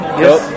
yes